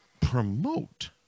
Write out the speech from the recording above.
promote